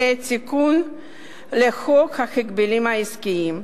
אלא תיקון לחוק ההגבלים העסקיים.